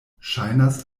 ŝajnas